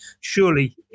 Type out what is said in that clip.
surely